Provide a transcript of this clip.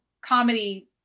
comedy